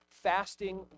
fasting